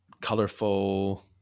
colorful